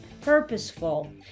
purposeful